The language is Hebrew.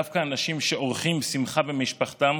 דווקא אנשים שעורכים שמחה במשפחתם